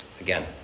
Again